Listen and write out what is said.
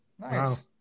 Nice